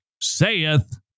saith